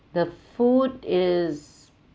the food is